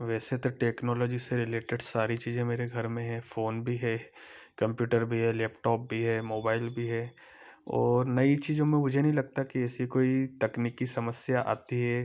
वैसे तो टेक्नोलॉजी से रिलेटेड सारी चीजें मेरे घर में हैं फोन भी है कंप्यूटर भी है लैपटॉप भी है मोबाइल भी है और नई चीजों में मुझे नहीं लगता कि ऐसी कोई तकनीकी समस्या आती है